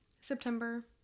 September